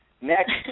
Next